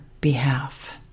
behalf